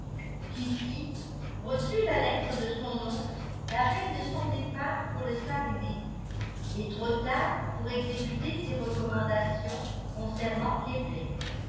reçut la lettre de son oncle la veille de son départ pour le saguenay et trop tard pour exécuter ses recommandations concernant québec